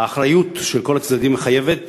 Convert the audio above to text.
האחריות של כל הצדדים מחייבת